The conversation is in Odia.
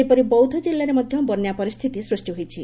ସେହିପରି ବୌଦ୍ଧ ଜିଲ୍ଲାରେ ମଧ୍ଧ ବନ୍ୟା ପରିସ୍ଥିତି ସୃଷି ହୋଇଛି